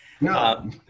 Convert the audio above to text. No